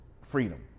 freedom